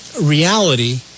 reality